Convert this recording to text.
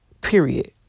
Period